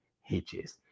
hitches